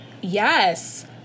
Yes